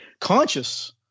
conscious